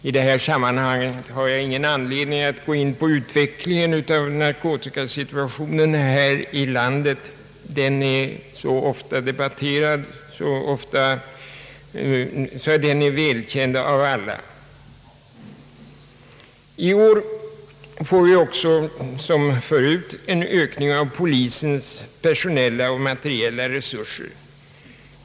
I det här sammanhanget har jag ingen anledning att gå in på utvecklingen av narkotikasituationen här i landet, den är så ofta debatterad att den är välkänd av alla. Vi får i år liksom tidigare en ökning av polisens personella och materiella resurser.